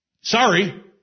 Sorry